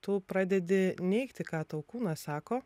tu pradedi neigti ką tau kūnas sako